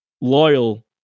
loyal